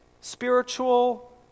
spiritual